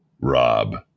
Rob